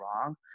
wrong